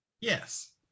yes